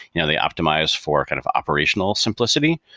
you know they optimize for kind of operational simplicity.